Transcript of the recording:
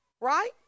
right